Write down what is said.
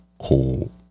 Cool